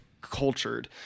cultured